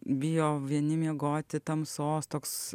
bijo vieni miegoti tamsos toks